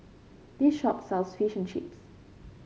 this shop sells Fish and Chips